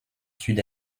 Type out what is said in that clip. sud